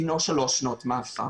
דינו שלוש שנות מאסר.